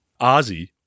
Ozzy